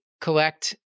collect